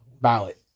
ballot